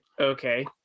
Okay